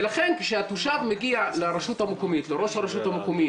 לכן כשהתושב מגיע לראש הרשות המקומית,